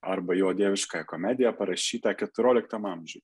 arba jo dieviškąją komediją parašytą keturioliktam amžiuj